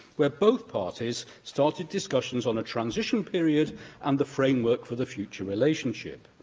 where both parties started discussions on a transition period and the framework for the future relationship.